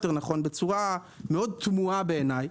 בצורה מאוד תמוהה בעיניי,